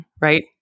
Right